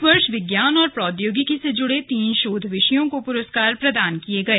इस वर्ष विज्ञान और प्रौद्योगिकी से जुड़े तीन शोध विषयों को पुरस्कार प्रदान किये गए